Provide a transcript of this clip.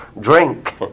drink